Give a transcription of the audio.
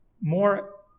more